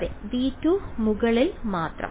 അതെ V2 ന് മുകളിൽ മാത്രം